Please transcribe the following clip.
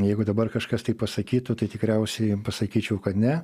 jeigu dabar kažkas tai pasakytų tai tikriausiai pasakyčiau kad ne